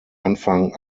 anfang